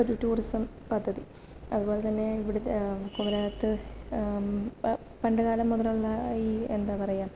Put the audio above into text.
ഒരു ടൂറിസം പദ്ധതി അതുപോലെ തന്നെ ഇവിടുത്തെ കുമകരത്ത് പണ്ട് കാലം മുതലുള്ള ഈ എന്താ പറയുക